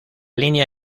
línea